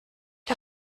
der